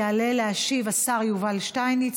יעלה להשיב השר יובל שטייניץ,